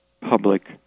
public